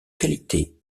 qualité